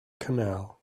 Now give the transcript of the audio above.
canal